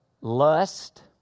Lust